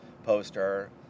poster